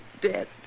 dead